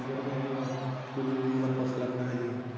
बिबार गायनायाव जोबोद मुलाम्फा खालामनो हायो